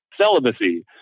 celibacy